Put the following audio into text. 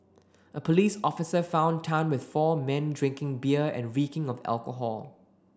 a police officer found Tan with four men drinking beer and reeking of alcohol